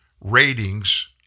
ratings